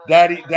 Daddy